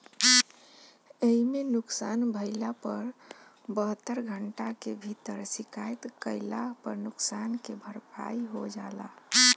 एइमे नुकसान भइला पर बहत्तर घंटा के भीतर शिकायत कईला पर नुकसान के भरपाई हो जाला